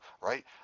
right